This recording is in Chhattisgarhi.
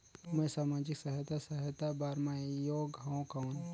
मैं समाजिक सहायता सहायता बार मैं योग हवं कौन?